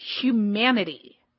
humanity